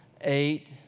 eight